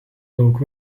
daug